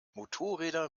motorräder